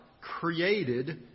created